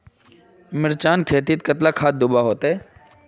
मिर्चान खेतीत कतला खाद दूबा होचे?